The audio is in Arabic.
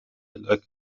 الأكل